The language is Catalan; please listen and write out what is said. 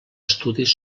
estudis